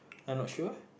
I'm not sure